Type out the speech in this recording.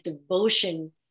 devotion